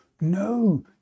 No